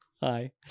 hi